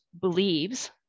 believes